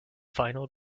final